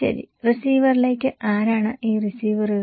ശരി റിസീവറിലേക്ക് ആരാണ് ഈ റിസീവറുകൾ